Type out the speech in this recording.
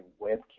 webcam